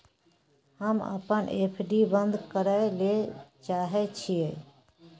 हम अपन एफ.डी बंद करय ले चाहय छियै